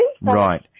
Right